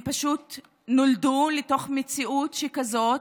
הם פשוט נולדו לתוך מציאות שכזאת.